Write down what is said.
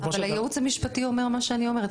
אבל הייעוץ המשפטי אומר את מה שאני אומרת,